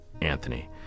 Anthony